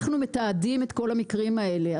אנחנו מתעדים את כל המקרים האלה.